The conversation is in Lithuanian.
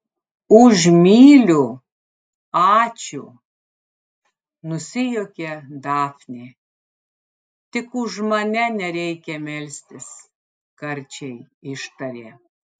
už myliu ačiū nusijuokė dafnė tik už mane nereikia melstis karčiai ištarė